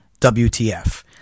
WTF